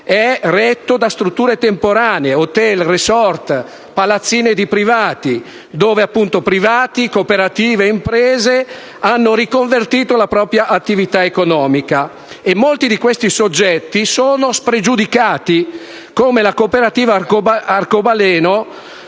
è retto da strutture temporanee, *hotel*, *resort* e palazzine di privati, dove, appunto, privati, cooperative e imprese hanno riconvertito la propria attività economica. Molti di questi soggetti sono spregiudicati, come la cooperativa Arcobaleno